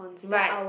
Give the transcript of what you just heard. right